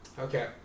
Okay